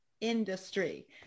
industry